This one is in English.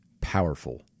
powerful